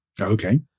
Okay